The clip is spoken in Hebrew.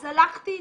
אז הלכתי איתו,